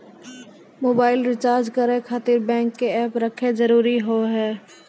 Mobile recharge करे खातिर bank के ऐप रखे जरूरी हाव है?